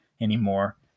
anymore